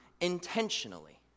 Intentionally